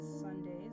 Sundays